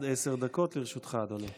בבקשה, עד עשר דקות לרשותך, אדוני.